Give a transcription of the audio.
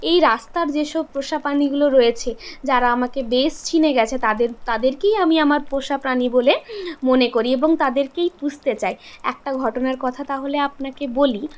এই রাস্তার যেসব পোষা প্রাণীগুলো রয়েছে যারা আমাকে বেশ চিনে গেছে তাদের তাদেরকেই আমি আমার পোষা প্রাণী বলে মনে করি এবং তাদেরকেই পুষতে চাই একটা ঘটনার কথা তাহলে আপনাকে বলি